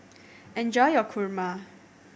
enjoy your kurma